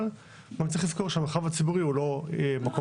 אבל גם צריך לזכור שהמרחב הציבורי הוא לא פרוץ.